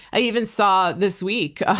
i even saw this week.